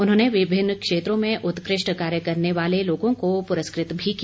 उन्होंने विभिन्न क्षेत्रों में उत्कृष्ट कार्य करने वाले लोगों को पुरस्कृत भी किया